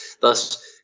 Thus